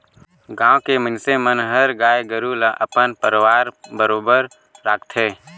गाँव के मइनसे मन हर गाय गोरु ल अपन परवार बरोबर राखथे